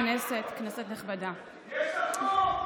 כנסת נכבדה, יש לך רוב,